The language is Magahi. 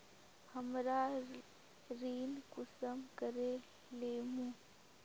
हमरा ऋण कुंसम करे लेमु?